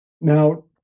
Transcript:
Now